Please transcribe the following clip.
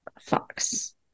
Fox